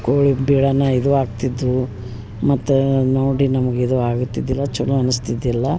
ಕೋಳಿ ಬಿಳನ ಇದು ಆಗ್ತಿದ್ವು ಮತ್ತು ನೋಡಿ ನಮ್ಗ ಇದು ಆಗತ್ತಿದ್ದಿಲ್ಲ ಚಲೊ ಅನಸ್ತಿದ್ದಿಲ್ಲ